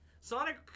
Sonic